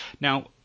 Now